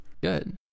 Good